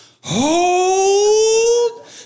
Hold